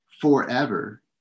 forever